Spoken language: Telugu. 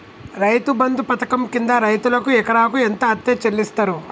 రైతు బంధు పథకం కింద రైతుకు ఎకరాకు ఎంత అత్తే చెల్లిస్తరు?